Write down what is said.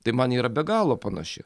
tai man yra be galo panaši